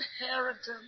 inheritance